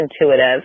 intuitive